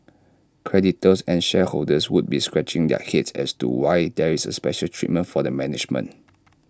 creditors and shareholders would be scratching their heads as to why there is A special treatment for the management